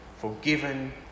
forgiven